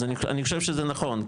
אז אני חושב שזה נכון,